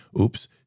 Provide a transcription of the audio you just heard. oops